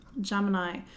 Gemini